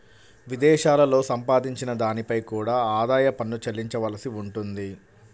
విదేశాలలో సంపాదించిన దానిపై కూడా ఆదాయ పన్ను చెల్లించవలసి ఉంటుంది